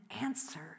answer